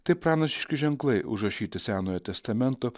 tai pranašiški ženklai užrašyti senojo testamento